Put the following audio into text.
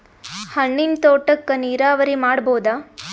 ಹಣ್ಣಿನ್ ತೋಟಕ್ಕ ನೀರಾವರಿ ಮಾಡಬೋದ?